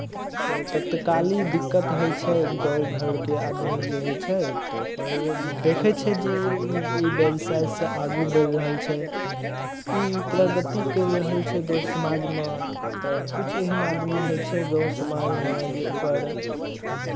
तऽ तात्कालिक दिक्कत होइ छै गाँव घरके आदमी जे होइ छै तऽ ओकर देखै छै जे ई ई व्यवसायसँ आगू बढ़ि रहल छै ई प्रगति करि रहल छै गाँव समाजमे तऽ किछु एहन आदमी होइ छै गाँव समाजमे जे ओकर